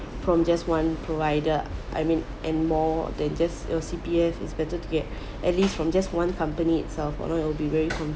from just one provider I mean and more than just your C_P_F it's better to get at least from just one company itself or not it'll be very